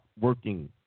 working